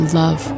love